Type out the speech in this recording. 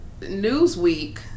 Newsweek